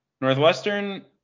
Northwestern